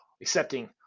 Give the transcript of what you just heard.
accepting